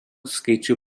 skaičių